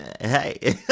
Hey